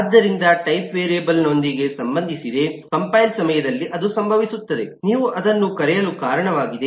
ಆದ್ದರಿಂದ ಟೈಪ್ ವೇರಿಯೇಬಲ್ನೊಂದಿಗೆ ಸಂಬಂಧಿಸಿದೆ ಕಂಪೈಲ್ ಸಮಯದಲ್ಲಿ ಅದು ಸಂಭವಿಸುತ್ತದೆ ನೀವು ಅದನ್ನು ಕರೆಯಲು ಕಾರಣವಾಗಿದೆ